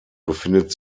befindet